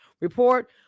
report